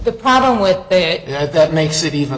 the problem with that that makes it even